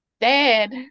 dad